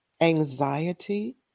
anxiety